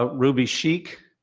ah ruby sheikh.